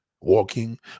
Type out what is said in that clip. Walking